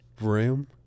Ram